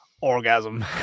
orgasm